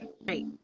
right